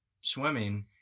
swimming